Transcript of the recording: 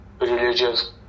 religious